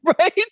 right